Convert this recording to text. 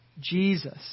Jesus